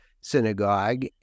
synagogue